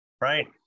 Right